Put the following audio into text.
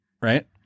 right